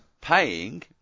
paying